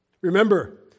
Remember